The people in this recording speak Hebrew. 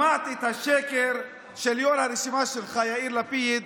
שמעתי את השקר של יו"ר הרשימה שלך יאיר לפיד,